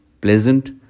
pleasant